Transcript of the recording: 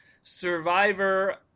Survivor